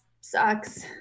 sucks